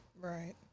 Right